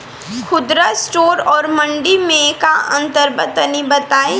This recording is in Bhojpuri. खुदरा स्टोर और मंडी में का अंतर बा तनी बताई?